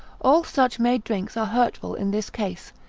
all such made drinks are hurtful in this case,